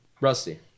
Rusty